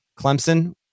Clemson